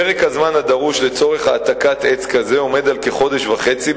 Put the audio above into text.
פרק הזמן הדרוש לצורך העתקת עץ כזה עומד על כחודש וחצי,